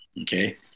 Okay